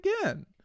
again